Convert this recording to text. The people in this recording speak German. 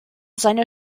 seiner